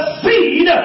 seed